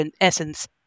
essence